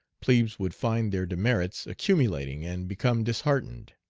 plebes would find their demerits accumulating and become disheartened.